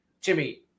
Jimmy